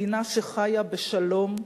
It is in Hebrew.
מדינה שחיה בשלום,